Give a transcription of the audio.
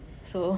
so